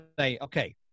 okay